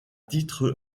titre